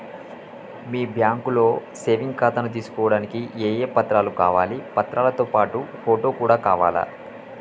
మీ బ్యాంకులో సేవింగ్ ఖాతాను తీసుకోవడానికి ఏ ఏ పత్రాలు కావాలి పత్రాలతో పాటు ఫోటో కూడా కావాలా?